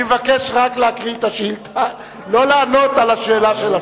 אני רק מבקש להקריא את השאילתא ולא לענות על השאלה של השר.